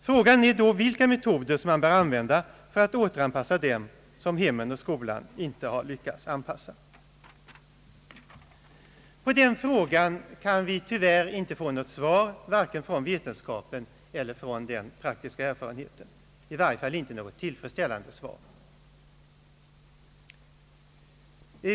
Frågan är då vilka metoder man bör använda för att återanpassa dem som hemmen och skolan inte har lyckats anpassa. På den frågan kan vi tyvärr inte få något svar vare sig från vetenskapen eller från den praktiska erfarenheten — i varje fall inte något tillfredsställande svar.